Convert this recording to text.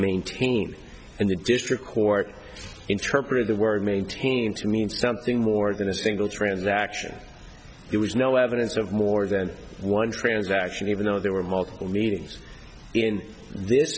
maintaining and the district court interpret the word maintaining to mean something more than a single transaction there was no evidence of more than one transaction even though there were multiple meanings in this